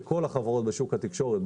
כל החברות בשוק התקשורת,